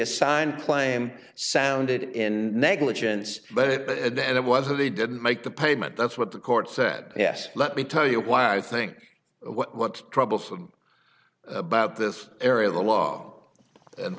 assigned claim sounded in negligence but at the end it was that they didn't make the payment that's what the court sad yes let me tell you why i think what's troublesome about this area of the law and